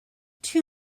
too